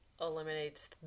eliminates